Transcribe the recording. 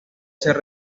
ser